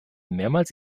mehrmals